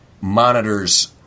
monitors